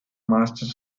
masters